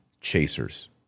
chasers